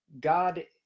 God